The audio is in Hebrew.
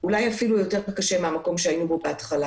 אני אומר לך בכנות.